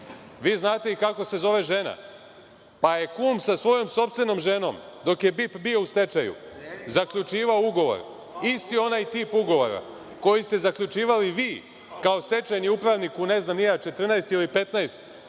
Vi znate i kako se zove žena. Pa je kum sa svojom sopstvenom ženom, dok je BIP bio u stečaju, zaključivao ugovor, isti onaj tip ugovora koji ste zaključivali vi kao stečajni upravnik u, ne znam ni ja, 14 ili 15 bivših